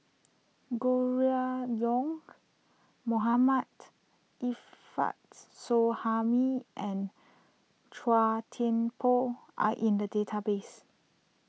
Gregory Yong Mohammad Suhaimi and Chua Thian Poh are in the database